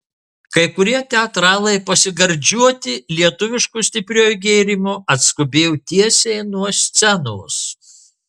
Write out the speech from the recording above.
kai kurie teatralai pasigardžiuoti lietuvišku stipriuoju gėrimu atskubėjo tiesiai nuo scenos